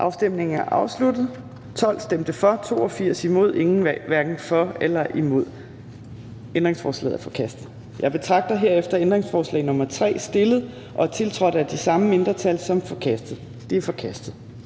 Susanne Zimmer (UFG) og Uffe Elbæk (UFG)), hverken for eller imod stemte 0. Ændringsforslaget er forkastet. Jeg betragter herefter ændringsforslag nr. 3, stillet og tiltrådt af de samme mindretal, som forkastet. Det er forkastet.